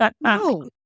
no